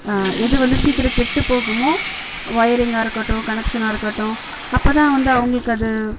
எது வந்து சீக்கிரம் கெட்டுப் போகுமோ ஒயரிங்காக இருக்கட்டும் கனெக்க்ஷனாக இருக்கட்டும் அப்போதான் வந்து அவங்களுக்கு அது